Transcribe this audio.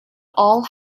all